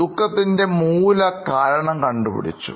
ദുഃഖത്തിൻറെ മൂലകാരണം കണ്ടുപിടിച്ചു